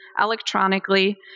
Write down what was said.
electronically